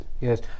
Yes